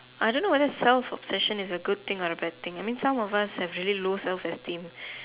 I don't know whether self obsession is a good thing or a bad thing I mean some of us have really low self esteem